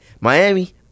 Miami